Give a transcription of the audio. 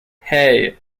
hey